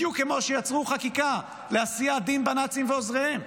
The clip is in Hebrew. בדיוק כמו שיצרו חקיקה לעשיית דין בנאצים ובעוזריהם.